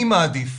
אני מעדיף,